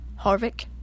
Harvick